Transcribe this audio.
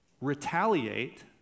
retaliate